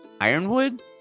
Ironwood